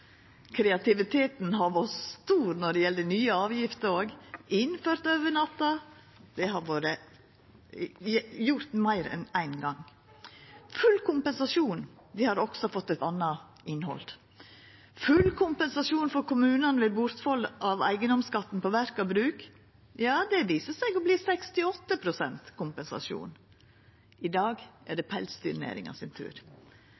Kreativiteten har òg vore stor når det gjeld nye avgifter – innførte over natta. Det har vore gjort meir enn éin gong. Full kompensasjon har òg fått eit anna innhald. Full kompensasjon for kommunane ved bortfall av eigedomsskatten på verk og bruk viste seg å verta 68 pst. kompensasjon. I dag er det pelsdyrnæringa sin tur.